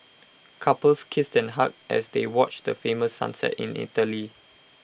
couples kissed and hugged as they watch the famous sunset in Italy